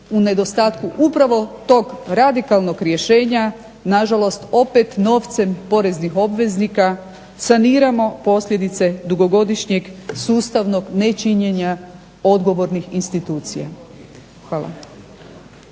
u nedostatku upravo tog radikalnog rješenja na žalost opet novcem poreznih obveznika saniramo posljedice dugogodišnjeg sustavnog nečinjenja odgovornih institucija. Hvala.